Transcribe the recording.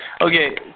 Okay